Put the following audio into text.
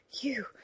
You